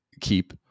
keep